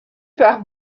par